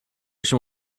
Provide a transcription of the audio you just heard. się